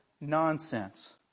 nonsense